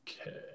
Okay